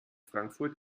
frankfurt